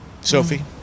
Sophie